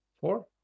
four